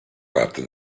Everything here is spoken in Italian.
parte